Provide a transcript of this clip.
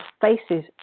faces